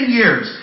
years